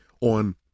on